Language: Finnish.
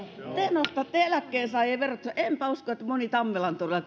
nostatte eläkkeensaajien verotusta enpä usko että moni tammelantorilla